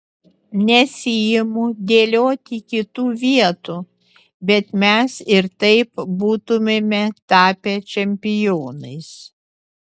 nesiimu dėlioti kitų vietų bet mes ir taip būtumėme tapę čempionais